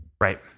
Right